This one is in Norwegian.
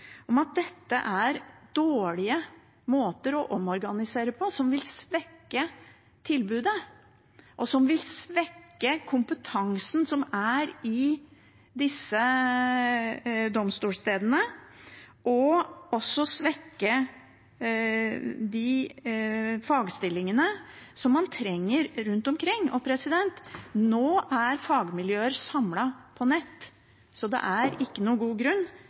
om at dette er dårlige måter å omorganisere på, som vil svekke tilbudet, som vil svekke kompetansen som er på disse domstolstedene, og også svekke de fagstillingene som man trenger rundt omkring. Nå er fagmiljøer samlet på nett, så det er ikke noen god grunn